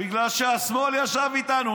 בגלל שהשמאל ישב איתנו.